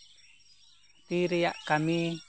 ᱛᱤᱨᱮᱭᱟᱜ ᱠᱟᱢᱤ